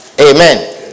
Amen